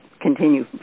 continue